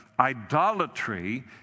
idolatry